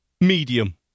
Medium